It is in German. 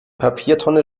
papiertonne